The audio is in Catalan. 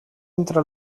entre